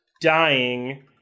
dying